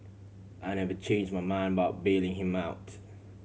I never change my mind about bailing him out